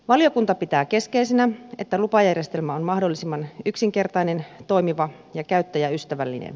valiokunta pitää keskeisenä että lupajärjestelmä on mahdollisimman yksinkertainen toimiva ja käyttäjäystävällinen